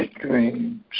dreams